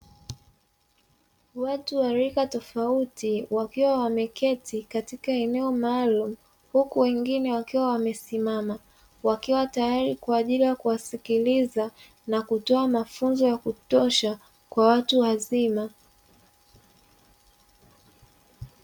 Watu wa rika tofauti wakiwa wameketi katika eneo maalumu, huku wengine wakiwa wamesimama wakiwa tayari kwa ajili ya kuwasikiliza na kutoa mafunzo ya kutosha kwa watu wazima.